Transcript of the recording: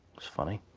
is funny.